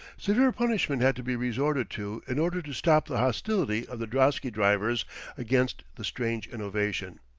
severe punishment had to be resorted to in order to stop the hostility of the drosky-drivers against the strange innovation.